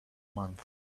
month